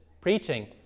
preaching